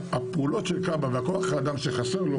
הפעולות של כב"ה והכח אדם שחסר לו,